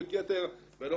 בימניות יתר ולא